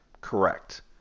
correct